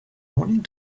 morning